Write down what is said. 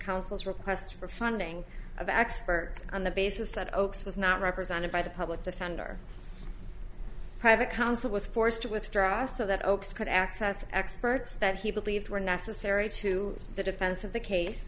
counsel request for funding of expert on the basis that oakes was not represented by the public defender private counsel was forced to withdraw so that oakes could access experts that he believed were necessary to the defense of the case